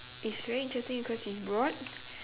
it's very interesting because it's broad